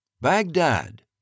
Baghdad